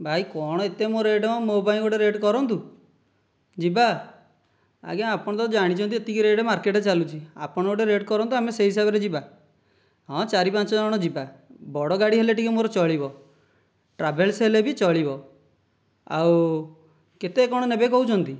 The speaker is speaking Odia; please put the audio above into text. ଭାଇ କ'ଣ ଏତେ ମ ରେଟ୍ ମ ମୋ ପାଇଁ ଗୋଟିଏ ରେଟ୍ କରନ୍ତୁ ଯିବା ଆଜ୍ଞା ଆପଣ ତ ଜାଣିଛନ୍ତି ଏତିକି ରେଟ୍ ମାର୍କେଟରେ ଚାଲୁଛି ଆପଣ ଗୋଟିଏ ରେଟ୍ କରନ୍ତୁ ଆମେ ସେହି ହିସାବରେ ଯିବା ହଁ ଚାରିପାଞ୍ଚ ଜଣ ଯିବା ବଡ଼ ଗାଡ଼ି ହେଲେ ଟିକେ ମୋର ଚଳିବ ଟ୍ରାଭେଲସ୍ ହେଲେ ବି ଚଳିବ ଆଉ କେତେ କ'ଣ ନେବେ କହୁଛନ୍ତି